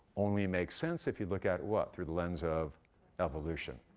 only makes sense if you look at what? through the lens of evolution.